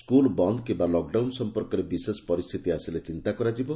school ବନ୍ଦ କିମ୍ବା lockdown ସଂପର୍କରେ ବିଶେଷ ପରିସ୍ରିତି ଆସିଲେ ଚିନ୍ତା କରାଯିବ